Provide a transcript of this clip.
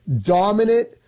Dominant